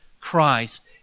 Christ